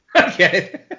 Okay